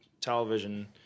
television